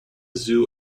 zoo